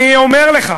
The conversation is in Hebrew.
אני אומר לך,